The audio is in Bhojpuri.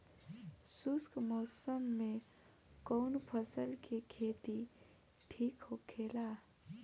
शुष्क मौसम में कउन फसल के खेती ठीक होखेला?